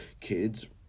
kids